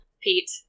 Pete